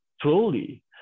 truly